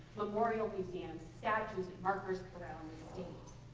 memorial museums, statues, and markers around the state.